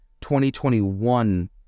2021